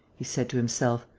he said to himself.